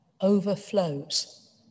Overflows